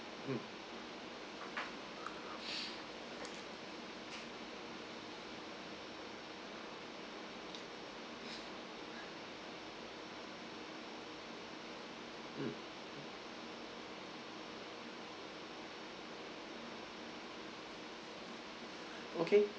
mm mm okay